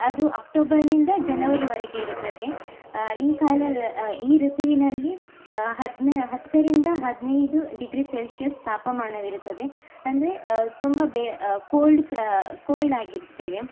ಅದು ಅಕ್ಟೋಬರ್ನಿಂದ ಜನವರಿವರೆಗೆ ಇರುತ್ತದೆ ಈ ಕಾಲ ಈ ಋತುವಿನಲ್ಲಿ ಅದ್ನ ಹತ್ತರಿಂದ ಹದಿನೈದು ಡಿಗ್ರಿ ಸೆಲ್ಶಿಯಸ್ ತಾಪಮಾನವಿರುತ್ತದೆ ಅಂದರೆ ತುಂಬ ಬೆ ಕೋಲ್ಡ್ ಕೋಲ್ಡ್ ಆಗಿರ್ತೇವೆ